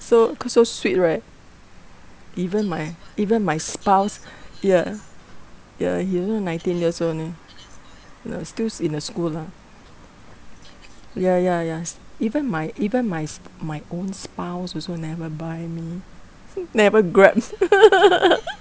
so so sweet right even my even my spouse ya ya he also nineteen years old only no still in the school lah ya ya ya s~ even my even my s~ my own spouse also never buy me never Grab